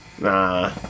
Nah